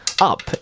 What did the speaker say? up